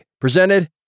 presented